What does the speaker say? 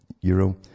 euro